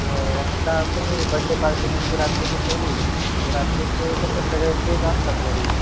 हो आता तुम्ही बड्डे पार्टी नेमकी रात्रीची ठेवली म्हणजे रात्रीचे कसं सगळेच असतात घरी